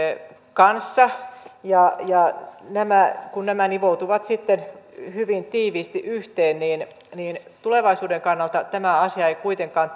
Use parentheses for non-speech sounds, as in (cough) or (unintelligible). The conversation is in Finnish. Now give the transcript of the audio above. kanssa ja ja kun nämä nivoutuvat hyvin tiiviisti yhteen niin tulevaisuuden kannalta tämä asia ei kuitenkaan (unintelligible)